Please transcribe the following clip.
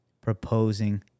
proposing